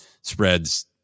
spreads